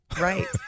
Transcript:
right